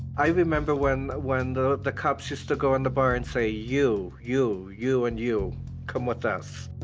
i remember when when the the cops used to go in the bar and say you, you, you and you come with us.